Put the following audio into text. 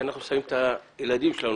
שאנחנו מכניסים את הילדים שלנו,